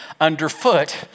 underfoot